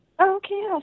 Okay